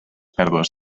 pèrdues